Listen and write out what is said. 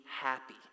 happy